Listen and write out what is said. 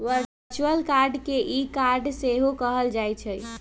virtual card के e card सेहो कहल जाइ छइ